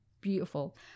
beautiful